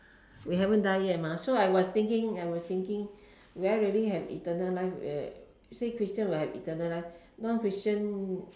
we haven't die yet mah so I was thinking I was thinking will I really have eternal life uh say christian will have eternal life non christian